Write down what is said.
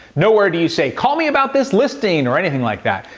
nowhere do you say, call me about this listing, or anything like that.